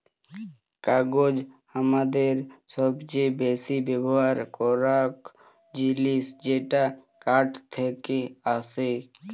কাগজ হামাদের সবচে বেসি ব্যবহার করাক জিনিস যেটা কাঠ থেক্কে আসেক